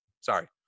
Sorry